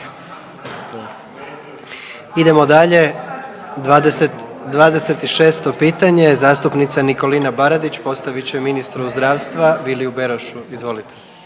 Idemo dalje, 26. pitanje zastupnica Nikolina Baradić postavit će ministru zdravstva Viliju Berošu. Izvolite.